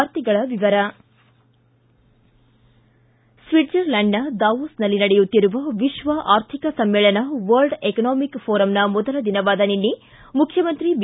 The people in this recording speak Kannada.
ವಾರ್ತೆಗಳ ವಿವರ ಸ್ವಿಟ್ಜರ್ಲ್ಯಾಂಡ್ನ ದಾವೋಸ್ನಲ್ಲಿ ನಡೆಯುತ್ತಿರುವ ವಿಶ್ವ ಆರ್ಥಿಕ ಸಮ್ಮೇಳನ ವರ್ಲ್ಡ್ ಎಕನಾಮಿಕ್ ಫೋರಮ್ನ ಮೊದಲ ದಿನವಾದ ನಿನ್ನೆ ಮುಖ್ಯಮಂತ್ರಿ ಬಿ